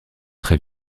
très